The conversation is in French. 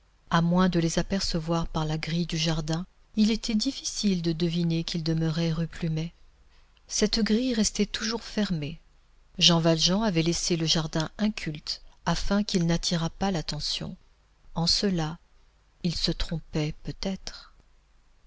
à moins de les apercevoir par la grille du jardin il était difficile de deviner qu'ils demeuraient rue plumet cette grille restait toujours fermée jean valjean avait laissé le jardin inculte afin qu'il n'attirât pas l'attention en cela il se trompait peut-être